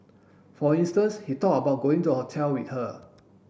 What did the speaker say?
for instance he talked about going to a hotel with her